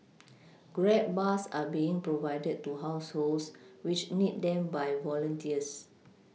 grab bars are being provided to households which need them by volunteers